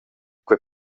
quei